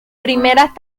primeras